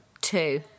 Two